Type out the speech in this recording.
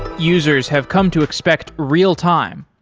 users have come to expect real-time.